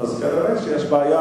אז כנראה יש בעיה.